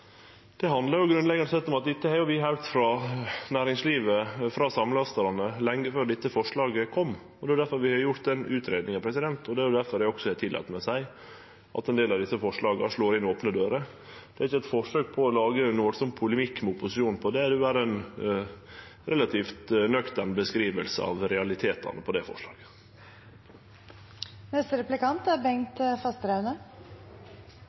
sett handlar om at dette har vi høyrt frå næringslivet, frå samlastarane, lenge før dette forslaget kom. Det er difor vi har gjort den utgreiinga, og det er difor eg også har tillate meg å seie at ein del av desse forslaga slår inn opne dører. Det er ikkje eit forsøk på å lage nokon veldig polemikk mot opposisjonen på det – det vil vere ei relativt nøktern beskriving av realitetane ved det forslaget. Nå har vi snakket om at det er